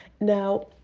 now